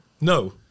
No